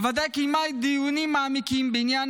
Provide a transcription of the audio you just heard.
הוועדה קיימה דיונים מעמיקים בעניין